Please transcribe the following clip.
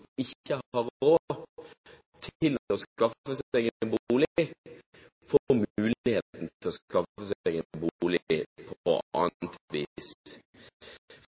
ikke har råd til å skaffe seg en bolig, får muligheten til å skaffe seg en bolig på annet